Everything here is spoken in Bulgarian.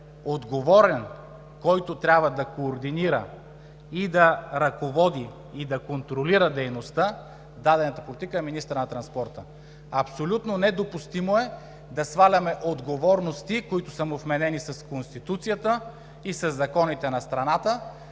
отговорен, който трябва да координира, и да ръководи, и да контролира дейността в дадена политика, е министърът на транспорта. Абсолютно недопустимо е да сваляме отговорности, които са му вменени с Конституцията и със законите на страната,